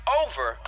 over